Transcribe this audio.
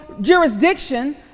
jurisdiction